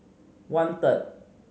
one third